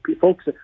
Folks